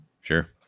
sure